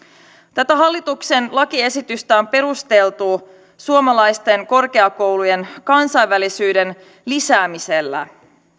tätä hallituksen lakiesitystä on perusteltu suomalaisten korkeakoulujen kansainvälisyyden lisäämisellä